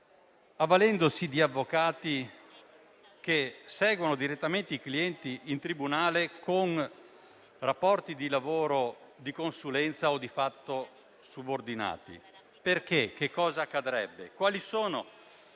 avvalendosi di avvocati che seguono direttamente i clienti in tribunale con rapporti di lavoro di consulenza o di fatto subordinati. Questo perché la prima